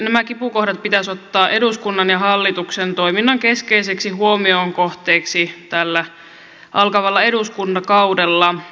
nämä kipukohdat pitäisi ottaa eduskunnan ja hallituksen toiminnan keskeiseksi huomion kohteeksi tällä alkavalla eduskuntakaudella